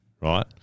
right